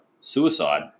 suicide